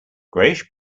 grayish